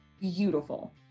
beautiful